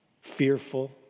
fearful